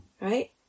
Right